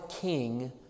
king